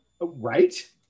Right